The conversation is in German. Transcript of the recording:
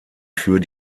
für